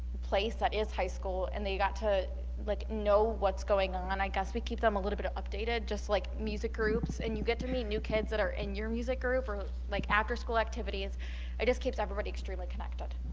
place that is high school and they got to like know what's going on and i guess we keep them a little bit updated just like music groups and you get to meet new kids that are in your music group or like after-school activities it just keeps everybody extremely connected